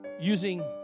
using